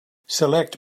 select